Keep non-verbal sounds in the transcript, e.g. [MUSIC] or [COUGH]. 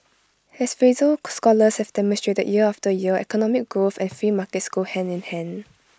as Fraser [UNINTELLIGIBLE] scholars have demonstrated year after year economic growth and free markets go hand in hand